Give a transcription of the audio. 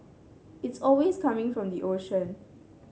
it's always coming from the ocean